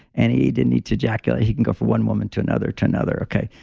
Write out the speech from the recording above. and he didn't need to ejaculate. he can go from one woman to another to another. okay,